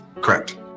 Correct